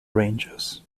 ranges